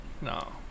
no